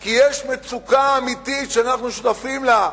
כי יש מצוקה אמיתית, שאנחנו שותפים לה,